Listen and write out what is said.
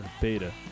Beta